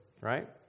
right